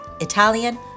Italian